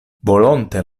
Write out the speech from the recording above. volonte